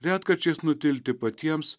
retkarčiais nutilti patiems